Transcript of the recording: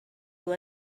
dur